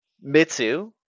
Mitsu